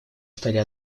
стали